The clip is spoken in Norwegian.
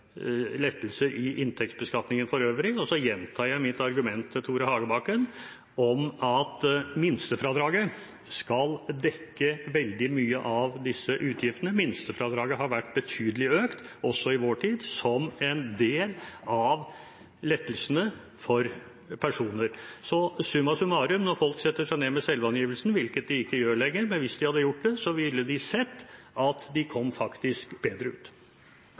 lettelse i inntektsbeskatningen for øvrig. Og jeg gjentar mitt argument til Tore Hagebakken om at minstefradraget skal dekke veldig mye av disse utgiftene. Minstefradraget har vært betydelig økt også i vår tid, som en del av lettelsene for personer. Summa summarum: Om folk satte seg ned med selvangivelsen – hvilket de ikke gjør lenger, men hvis de hadde gjort det – ville de sett at de faktisk kom bedre ut.